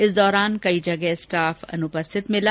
इस दौरान कई जगह स्टाफ अनुपस्थित मिला